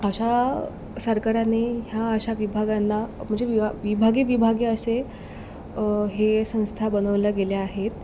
अशा सरकाराने ह्या अशा विभागांना म्हणजे विभागी विभागी असे हे संस्था बनवल्या गेल्या आहेत